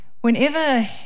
Whenever